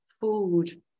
food